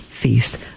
Feast